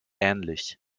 ähnlich